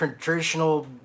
traditional